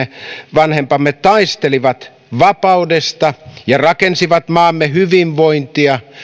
isovanhempamme taistelivat vapaudesta ja rakensivat maamme hyvinvointia